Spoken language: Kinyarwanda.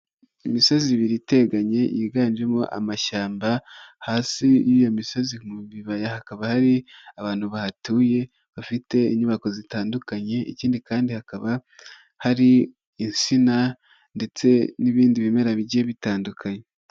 Imisozi ibiri iteganye yiganjemo amashyamba, hasi y'iyo misozi mu bibaya hakaba hari abantu bahatuye bafite inyubako zitandukanye, ikindi kandi hakaba hari insina ndetse n'ibindi bimera bigiye bitandukanye.